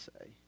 say